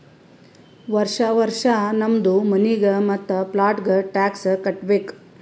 ವರ್ಷಾ ವರ್ಷಾ ನಮ್ದು ಮನಿಗ್ ಮತ್ತ ಪ್ಲಾಟ್ಗ ಟ್ಯಾಕ್ಸ್ ಕಟ್ಟಬೇಕ್